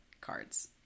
cards